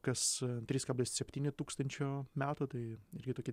kas trys kablis septyni tūkstančio metų tai irgi tokį